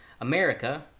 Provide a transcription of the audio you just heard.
America